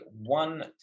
one